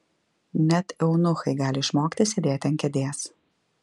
net eunuchai gali išmokti sėdėti ant kėdės